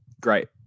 great